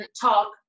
talk